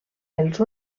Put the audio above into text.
els